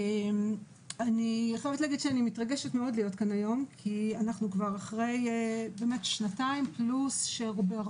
אני מתרגשת מאוד להיות כאן היום כי אנחנו כבר אחרי שנתיים שברובן,